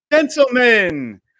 Gentlemen